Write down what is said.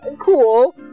cool